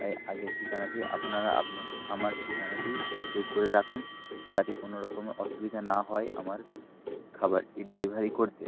তাই আগের ঠিকানাতেই আপনারা আমার ঠিকানাটি যোগ করে রাখুন যাতে কোনো রকমে অসুবিধা না হয় আমার খাবারটি ডেলিভারি করতে